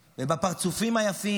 ובפרצופים היפים,